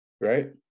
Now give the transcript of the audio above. right